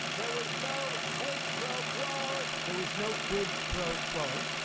there was no quid pro quo. there was no quid pro quo.